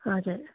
हजुर